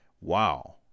Wow